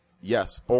Yes